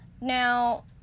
now